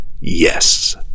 yes